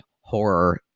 horror